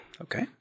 Okay